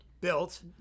built